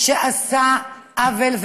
שעשה עוול,